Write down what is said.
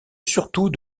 surtout